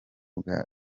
bwa